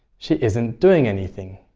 she isn't doing anything.